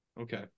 Okay